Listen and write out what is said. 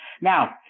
Now